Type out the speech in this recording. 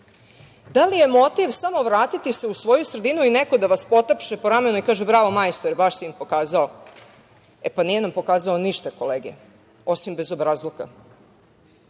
Da li je motiv samo vratiti se u svoju sredinu i neko da vas potapše po ramenu i kaže – bravo majstore, baš si im pokazao. E, pa nije nam pokazao ništa kolege, osim bezobrazluka.